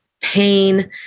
pain